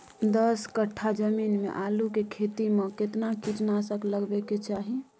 दस कट्ठा जमीन में आलू के खेती म केतना कीट नासक लगबै के चाही?